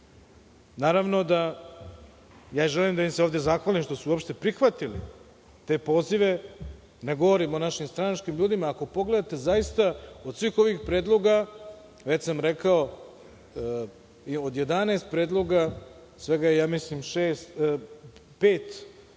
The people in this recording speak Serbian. Naravno da ja želim da im se ovde zahvalim što su opšte prihvatili te pozive, ne govorim o našim stranačkim ljudima. Ako pogledate, zaista, od svih ovih predloga, već sam rekao od 11 predloga, svega je ja mislim pet